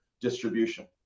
distribution